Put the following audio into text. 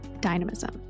dynamism